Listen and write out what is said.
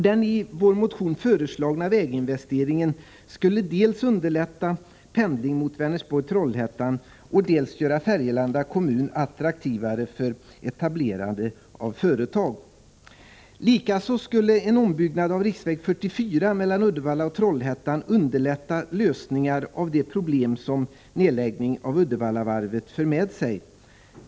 Den i vår motion föreslagna väginvesteringen skulle dels underlätta pendlingen mot Vänersborg/Trollhättan, dels göra Färgelanda kommun attraktivare för företagsetableringar. Likaså skulle en ombyggnad av riksväg 44 mellan Uddevalla och Trollhättan underlätta lösning av de problem som nedläggningen av Uddevallavarvet för med sig.